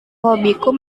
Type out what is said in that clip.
hobiku